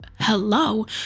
Hello